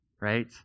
right